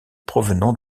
provenant